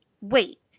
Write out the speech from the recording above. Wait